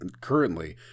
currently